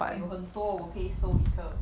我有很多我可以收一个